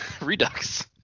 redux